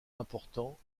important